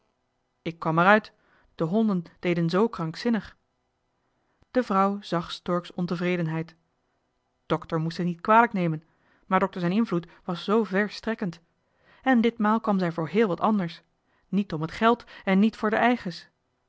ik kwam er uit de honden deden z krankzinnig de vrouw zag stork's ontevredenheid dokter moest het niet kwalijk nemen maar dokter zijn invloed johan de meester de zonde in het deftige dorp was zoo verstrekkend en ditmaal kwam zij voor heel wat anders niet om het geld en niet voor d'er